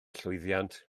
llwyddiant